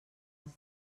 els